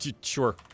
Sure